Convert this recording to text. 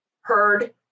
heard